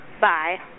Bye